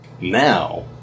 Now